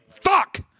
Fuck